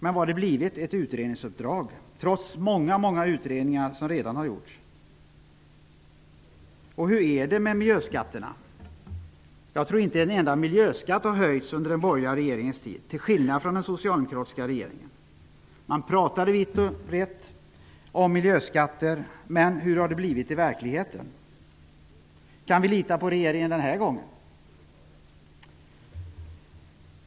Men det har bara blivit ett utredningsuppdrag trots att det redan har gjorts många, många utredningar. Hur är det med miljöskatterna? Jag tror inte att en enda miljöskatt har höjts under den borgerliga regeringens tid till skillnad från under den socialdemokratiska regeringen. Man talar vitt och brett om miljöskatter. Hur är det i verkligheten? Kan vi lita på regeringen den här gången?